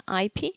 IP